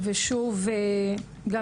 ולא לחזור על דברים שנאמרו.